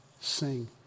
sing